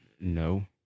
No